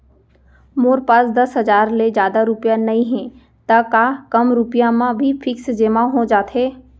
मोर पास दस हजार ले जादा रुपिया नइहे त का कम रुपिया म भी फिक्स जेमा हो जाथे?